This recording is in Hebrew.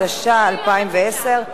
התש"ע 2010,